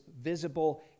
visible